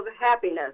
happiness